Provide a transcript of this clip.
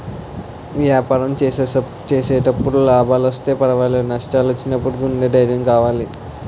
వ్యాపారం చేసేటప్పుడు లాభాలొస్తే పర్వాలేదు, నష్టాలు వచ్చినప్పుడు గుండె ధైర్యం కావాలి